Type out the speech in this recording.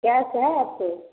कैस है आपको